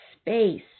space